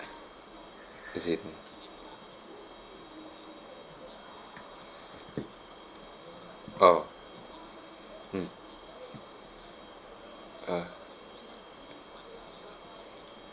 is it hmm a'ah mm a'ah